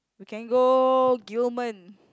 we can go Gillman